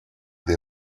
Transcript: des